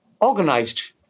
organized